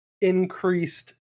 increased